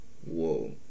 Whoa